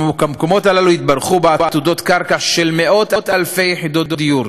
המקומות הללו התברכו בעתודות קרקע של מאות-אלפי יחידות דיור,